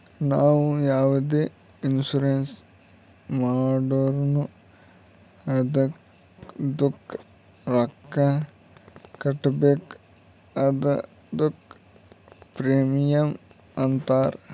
ನಾವು ಯಾವುದೆ ಇನ್ಸೂರೆನ್ಸ್ ಮಾಡುರ್ನು ಅದ್ದುಕ ರೊಕ್ಕಾ ಕಟ್ಬೇಕ್ ಅದ್ದುಕ ಪ್ರೀಮಿಯಂ ಅಂತಾರ್